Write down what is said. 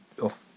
off